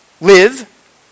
live